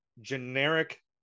Generic